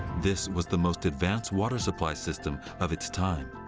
this was the most advanced water supply system of its time.